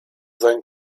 sein